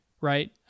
right